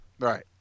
Right